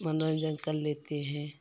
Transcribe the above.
मनोरंजन कर लेते हैं